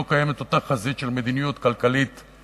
קיימת אותה חזית של מדיניות כלכלית-חברתית